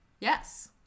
Yes